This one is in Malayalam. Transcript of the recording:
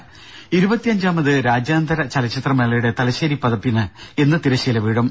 ദേദ ഇരുപത്തഞ്ചാമത് രാജ്യന്തര ചലച്ചിത്ര മേളയുടെ തലശ്ശേരി പതിപ്പിന് ഇന്ന് തിരശ്ശീല വീഴും